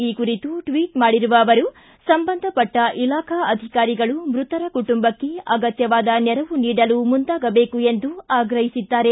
ಈ ಕುರಿತು ಟ್ವಿಚ್ ಮಾಡಿರುವ ಅವರು ಸಂಬಂಧಪಟ್ಟ ಇಲಾಖಾ ಅಧಿಕಾರಿಗಳು ಮೃತರ ಕುಟುಂಬಕ್ಕೆ ಅಗತ್ತವಾದ ನೆರವು ನೀಡಲು ಮುಂದಾಗಬೇಕು ಎಂದು ಆಗ್ರಹಿಸಿದ್ದಾರೆ